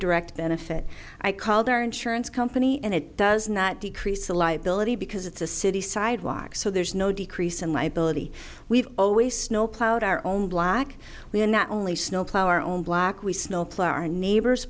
direct benefit i called our insurance company and it does not decrease the liability because it's a city sidewalk so there's no decrease in liability we've always snowplows our own block we're not only snow plow our own block we snowplow our neighbors